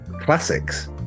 classics